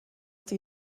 die